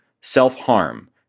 self-harm